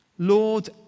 Lord